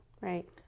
Right